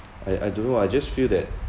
I I don't know I just feel that